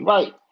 Right